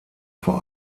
vor